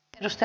kiitos